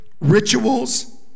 rituals